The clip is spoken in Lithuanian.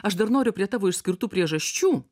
aš dar noriu prie tavo išskirtų priežasčių